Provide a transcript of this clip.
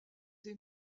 des